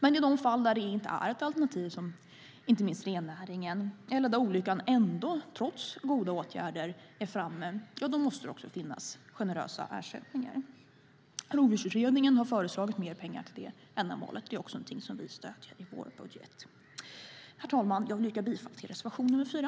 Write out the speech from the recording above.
Men i fall där detta inte är ett alternativ, inte minst rennäringen, eller där olyckan trots goda åtgärder är framme, måste det också finnas generösa ersättningar. Rovdjursutredningen har föreslagit mer pengar till detta ändamål. Det är också någonting som vi stöder i vår budget. Herr talman! Jag yrkar bifall till reservation nr 4.